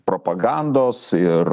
propagandos ir